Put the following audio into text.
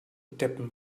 deppen